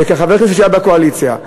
וכחבר כנסת שהיה בקואליציה,